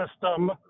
system